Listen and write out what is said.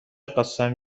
قسم